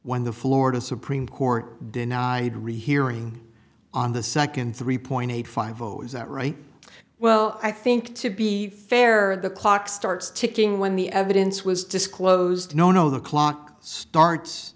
when the florida supreme court denied rehearing on the second three point eight five zero is that right well i think to be fair the clock starts ticking when the evidence was disclosed no no the clock starts